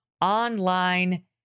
online